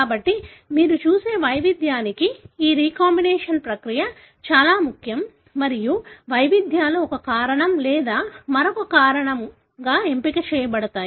కాబట్టి మీరు చూసే వైవిధ్యానికి ఈ రీకాంబినేషన్ ప్రక్రియ చాలా చాలా ముఖ్యం మరియు వైవిధ్యాలు ఒక కారణం లేదా మరొక కారణంగా ఎంపిక చేయబడతాయి